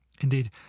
Indeed